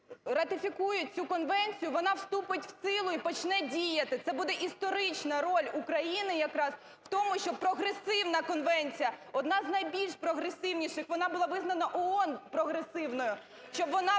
ратифікує цю конвенцію, вона вступить в силу і почне діяти, це буде історична роль України якраз в тому, щоб прогресивна конвенція, одна з найбільш прогресивніших, вона була визнана ООН прогресивною,